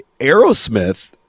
aerosmith